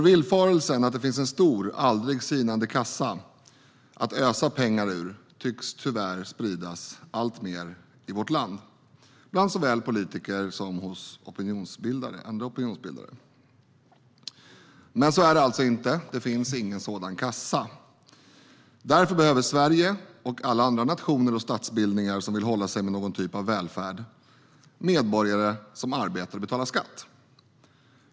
Villfarelsen att det finns en stor aldrig sinande kassa att ösa pengar ur tycks tyvärr spridas alltmer i vårt land bland såväl politiker som opinionsbildare. Men så är det alltså inte. Det finns ingen sådan kassa. Därför behöver Sverige och alla andra nationer och statsbildningar som vill hålla sig med någon typ av välfärd medborgare som arbetar och betalar skatt.